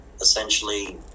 essentially